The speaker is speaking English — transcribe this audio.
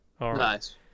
Nice